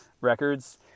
records